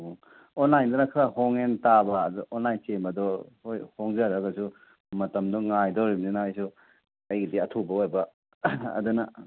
ꯑꯣ ꯑꯣꯟꯂꯥꯏꯟꯗꯅ ꯈꯔ ꯍꯣꯡꯉꯦ ꯇꯥꯕꯥ ꯑꯗꯨ ꯑꯣꯏꯟꯂꯥꯏꯅ ꯆꯦꯟꯕꯗꯣ ꯍꯣꯏ ꯍꯣꯡꯖꯔꯒꯁꯨ ꯃꯇꯝꯗꯣ ꯉꯥꯏꯗꯣꯔꯤꯃꯤꯅ ꯑꯩꯁꯨ ꯑꯩꯒꯤꯗꯤ ꯑꯊꯨꯕ ꯑꯏꯕ ꯑꯗꯨꯅ